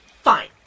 Fine